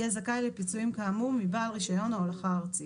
יהיה זכאי לפיצויים כאמור מבעל רישיון ההולכה הארצי".